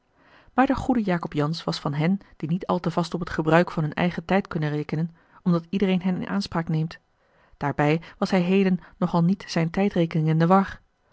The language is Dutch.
maar de goede jacob jansz was van hen die niet al te vast op het gebruik van hun eigen tijd kunnen rekenen omdat iedereen hen in aanspraak neemt daarbij was hij heden nog al met zijne tijdrekening in de war